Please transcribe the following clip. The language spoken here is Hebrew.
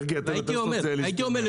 הייתי אומר,